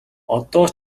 одоо